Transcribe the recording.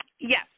yes